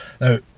now